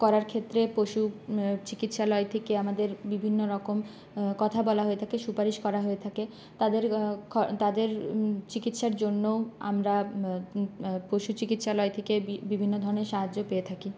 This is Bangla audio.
করার ক্ষেত্রে পশু চিকিৎসালয় থেকে আমাদের বিভিন্ন রকম কথা বলা হয়ে থাকে সুপারিশ করা হয়ে থাকে তাদের তাদের চিকিৎসার জন্য আমরা পশু চিকিৎসালয় থেকে বিভিন্ন ধরনের সাহায্য পেয়ে থাকি